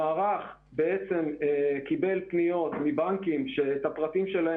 המערך קיבל פניות מבנקים שאת הפרטים שלהם